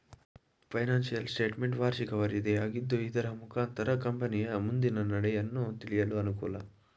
financial statement ವಾರ್ಷಿಕ ವರದಿಯಾಗಿದ್ದು ಇದರ ಮುಖಾಂತರ ಕಂಪನಿಯ ಮುಂದಿನ ನಡೆಯನ್ನು ತಿಳಿಯಲು ಅನುಕೂಲ